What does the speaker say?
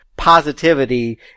positivity